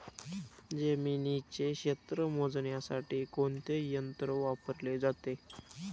जमिनीचे क्षेत्र मोजण्यासाठी कोणते यंत्र वापरले जाते?